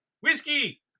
Whiskey